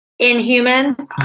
inhuman